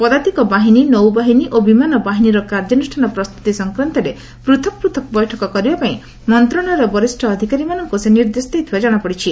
ପଦାତିକ ବାହିନୀ ନୌବାହିନୀ ଓ ବିମାନ ବାହିନୀର କାର୍ଯ୍ୟାନୁଷ୍ଠାନ ପ୍ରସ୍ତୁତି ସଂକ୍ରାନ୍ତରେ ପୃଥକ୍ ପୃଥକ୍ ବବିଠକ କରିବାପାଇଁ ମନ୍ତ୍ରଣାଳୟର ବରିଷ୍ଠ ଅଧିକାରୀମାନଙ୍କୁ ସେ ନିର୍ଦ୍ଦେଶ ଦେଇଥିବା ଜଣାଯାଇଛି